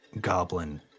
goblin